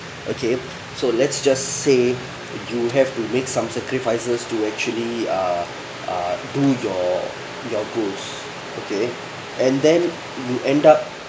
okay so let's just say you have to make some sacrifices to actually uh uh do your your goals okay and then you end up